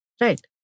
Right